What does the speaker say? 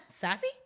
Sassy